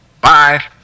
Bye